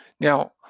Now